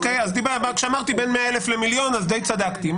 אז כשאמרתי בין 100,000 למיליון אז די צדקתי,